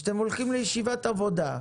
זה שאתם הולכים לישיבת עבודה.